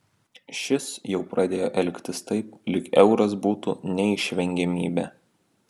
šis jau pradėjo elgtis taip lyg euras būtų neišvengiamybė